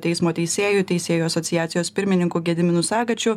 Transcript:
teismo teisėju teisėjų asociacijos pirmininku gediminu sagačiu